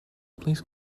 please